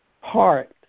heart